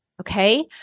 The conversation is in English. Okay